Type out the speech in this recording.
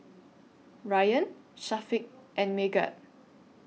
Ryan Syafiq and Megat